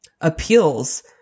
appeals